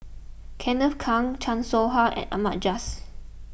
Kenneth Keng Chan Soh Ha and Ahmad Jais